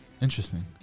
Interesting